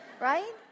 right